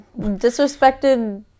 disrespected